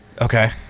Okay